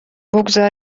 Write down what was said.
بگذار